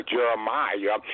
Jeremiah